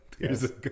Yes